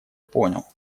понял